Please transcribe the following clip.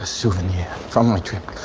ah souvenir from my trip.